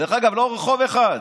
דרך אגב, לא רחוב אחד.